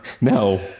No